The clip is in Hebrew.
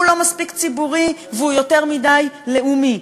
לא מספיק ציבורי והוא יותר מדי לאומי.